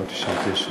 לא, מ-1999.